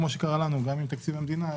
כפי שקרה לנו גם עם תקציב המדינה,